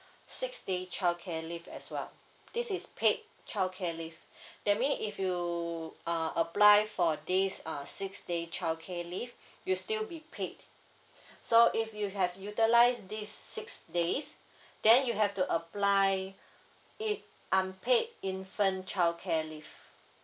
six day childcare leave as well this is paid childcare leave that mean if you uh apply for this uh six day childcare leave you'll still be paid so if you have utilised these six days then you have to apply it unpaid infant childcare leave